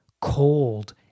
Cold